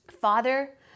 Father